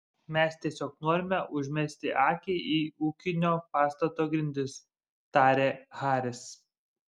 mes tiesiog norime užmesti akį į ūkinio pastato grindis tarė haris